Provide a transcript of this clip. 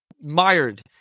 mired